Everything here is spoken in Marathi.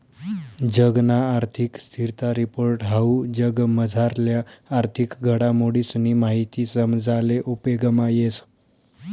जगना आर्थिक स्थिरता रिपोर्ट हाऊ जगमझारल्या आर्थिक घडामोडीसनी माहिती समजाले उपेगमा येस